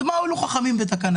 אז מה הועילו חכמים בתקנתם?